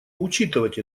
учитывать